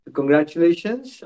Congratulations